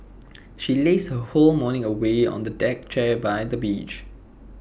she lazed her whole morning away on A deck chair by the beach